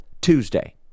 Tuesday